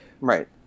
right